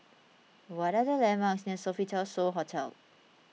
what are the landmarks near Sofitel So Hotel